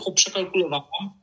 przekalkulowałam